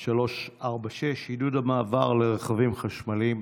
346, עידוד המעבר לרכבים חשמליים.